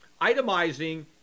itemizing